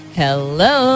hello